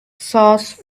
sauce